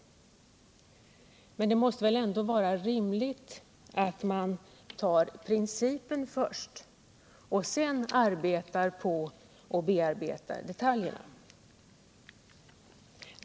Men det måste väl ändå vara rimligt att man tar principen först och sedan bearbetar detaljerna.